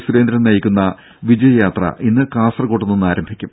സുരേന്ദ്രൻ നയിക്കുന്ന വിജയ് യാത്ര ഇന്ന് കാസർക്കോട്ട് നിന്ന് ആരംഭിക്കും